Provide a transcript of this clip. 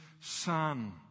Son